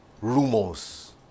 rumors